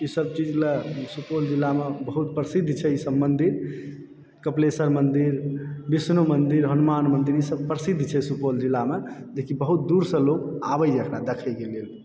ईसभ चीजलऽ सुपौल जिलामऽ बहुत प्रसिद्ध छै ईसभ मन्दिर कपिलेश्वर मन्दिर बिष्णु मन्दिर हनुमान मन्दिर ईसभ प्रसिद्ध छै सुपौल जिलामऽ जेकि बहुत दूरसँ लोग आबयए एकरा देखयकऽ लेल